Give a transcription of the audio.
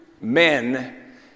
men